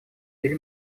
или